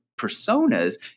personas